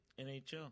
NHL